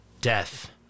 Death